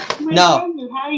no